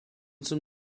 zum